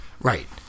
right